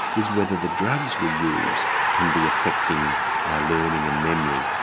is whether the drugs we use can be affecting learning and memory.